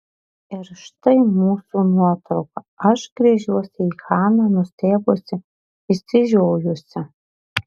ir štai mūsų nuotrauka aš gręžiuosi į haną nustebusi išsižiojusi